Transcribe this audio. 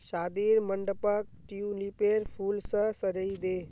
शादीर मंडपक ट्यूलिपेर फूल स सजइ दे